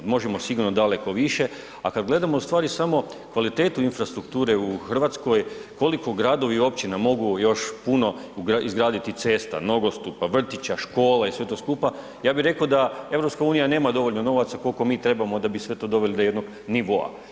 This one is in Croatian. Možemo sigurno daleko više, a kad gledamo u stvari samo kvalitetu infrastrukture u Hrvatskoj, koliko gradovi i općina mogu još puno izgraditi cesta, nogostupa, vrtića, škola i sve to skupa ja bi reko da EU nema dovoljno novaca koliko mi trebamo da bi sve to doveli do jednog nivoa.